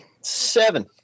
seven